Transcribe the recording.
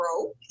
grow